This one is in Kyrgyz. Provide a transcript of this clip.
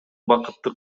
бакытты